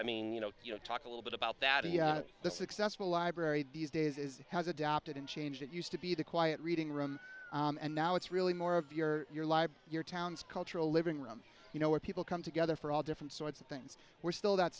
i mean you know you know talk a little bit about that and the successful library these days is has adapted and changed it used to be the quiet reading room and now it's really more of your your life your town's cultural living room you know where people come together for all different sorts of things were still that